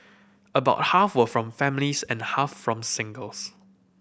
about half were from families and half from singles